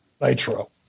Nitro